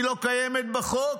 היא לא קיימת בחוק.